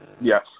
Yes